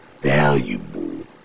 valuable